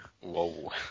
Whoa